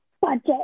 budget